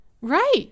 Right